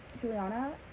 Juliana